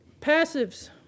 passives